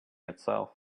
itself